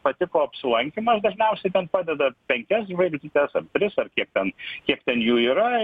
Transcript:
patiko apsilankymas dažniausiai ten padeda penkias žvaigždutes ar tris ar kiek ten kiek ten jų yra